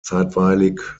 zeitweilig